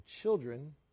children